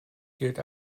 gilt